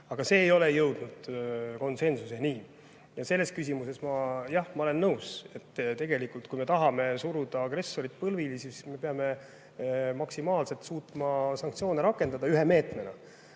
Aga see ei ole jõudnud konsensuseni. Ja selles küsimuses, jah, ma olen nõus, et kui me tahame suruda agressorid põlvili, siis me peame maksimaalselt suutma sanktsioone rakendada. Ühe meetmena.